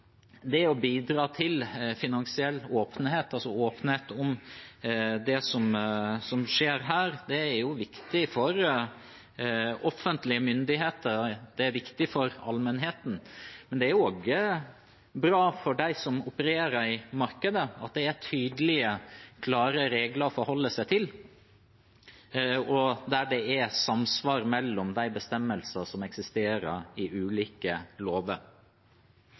Det å bidra til åpenhet om det som skjer på det finansielle området, er viktig for offentlige myndigheter, det er viktig for allmennheten, men det er også bra for dem som opererer i markedet, at det er tydelige, klare regler å forholde seg til, og at det er samsvar mellom de bestemmelsene som eksisterer i ulike lover.